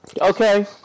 Okay